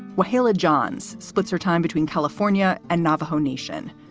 wahala johns splits her time between california and navajo nation.